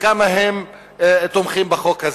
וכמה הם תומכים בחוק הזה.